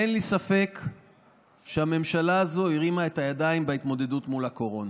אין לי ספק שהממשלה הזאת הרימה ידיים בהתמודדות מול הקורונה.